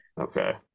Okay